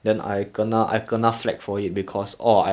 you're always the the guy that anchor the lane [one] no what